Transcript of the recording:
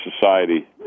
society